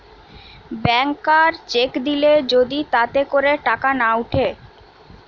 ব্যাংকার cheque দিলে যদি তাতে করে টাকা না উঠে